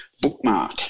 bookmark